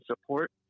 support